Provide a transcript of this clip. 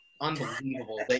Unbelievable